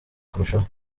kurushaho